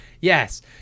Yes